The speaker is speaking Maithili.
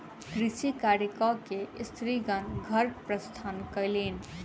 कृषि कार्य कय के स्त्रीगण घर प्रस्थान कयलैन